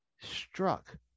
struck